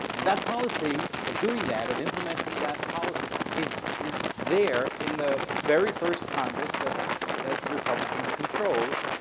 and that policy of doing that, of implementing that policy is is there in the very first congress that that republicans controlled,